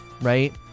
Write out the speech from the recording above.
right